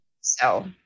So-